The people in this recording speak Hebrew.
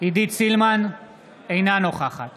אינה נוכחת